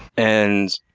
and